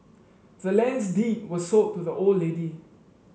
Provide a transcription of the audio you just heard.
the land's deed was sold to the old lady